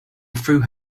through